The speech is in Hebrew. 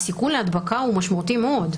הסיכון להדבקה הוא משמעותי מאוד.